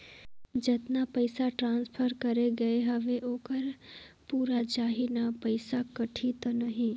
जतना पइसा ट्रांसफर करे गये हवे ओकर पूरा जाही न पइसा कटही तो नहीं?